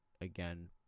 again